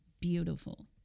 beautiful